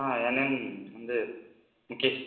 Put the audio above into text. ஆ என் நேம் வந்து முக்கேஷ்